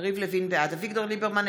אביגדור ליברמן,